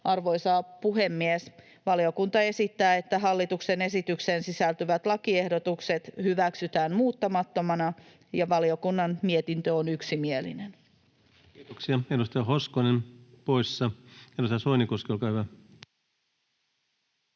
Arvoisa puhemies! Valiokunta esittää, että hallituksen esitykseen sisältyvät lakiehdotukset hyväksytään muuttamattomina. Valiokunnan mietintö on yksimielinen. Kiitoksia. — Edustaja Hoskonen poissa. — Edustaja Soinikoski, olkaa hyvä.